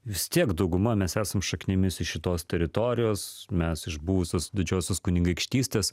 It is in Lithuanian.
vis tiek dauguma mes esam šaknimis iš šitos teritorijos mes iš buvusios didžiosios kunigaikštystės